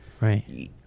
Right